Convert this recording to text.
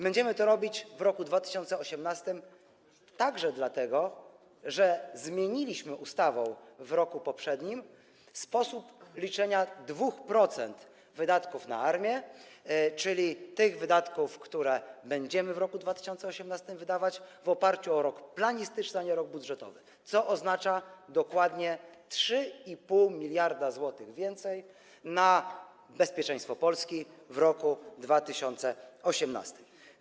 Będziemy to robić w roku 2018 także dlatego, że zmieniliśmy ustawą w roku poprzednim sposób liczenia 2% wydatków na armię, czyli tych wydatków, które będziemy w roku 2018 wydawać w oparciu o rok planistyczny, a nie rok budżetowy, co oznacza dokładnie 3,5 mld zł więcej na bezpieczeństwo Polski w roku 2018.